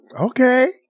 Okay